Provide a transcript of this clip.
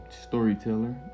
Storyteller